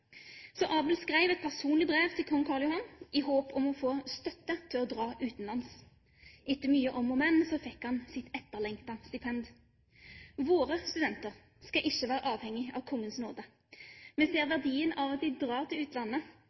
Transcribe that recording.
Så Abel skrev et personlig brev til kong Carl Johan i håp om å få støtte til å dra utenlands. Etter mye om og men fikk han sitt etterlengtede stipend. Våre studenter skal ikke være avhengig av kongens nåde. Vi ser verdien av at de drar til utlandet,